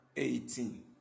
Eighteen